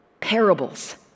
parables